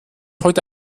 heute